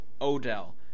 Odell